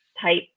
type